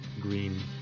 green